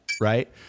right